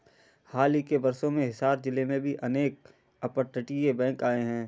हाल ही के वर्षों में हिसार जिले में भी अनेक अपतटीय बैंक आए हैं